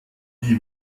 die